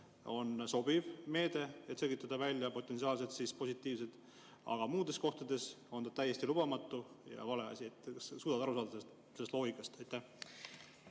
on sobiv meede, et selgitada välja potentsiaalsed positiivsed, aga muudes kohtades täiesti lubamatu ja vale asi. Kas sa suudad aru saada sellest loogikast? Tänan!